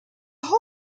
whole